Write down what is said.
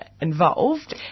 involved